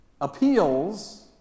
appeals